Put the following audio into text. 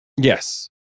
Yes